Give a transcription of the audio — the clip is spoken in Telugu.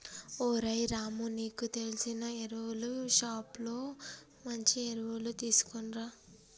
ఓరై రాము నీకు తెలిసిన ఎరువులు షోప్ లో మంచి ఎరువులు తీసుకునిరా